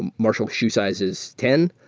and marshall shoe size is ten.